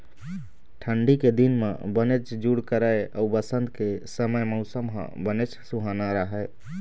ठंडी के दिन म बनेच जूड़ करय अउ बसंत के समे मउसम ह बनेच सुहाना राहय